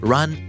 Run